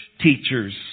teachers